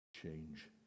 Change